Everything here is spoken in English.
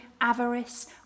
avarice